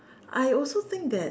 I also think that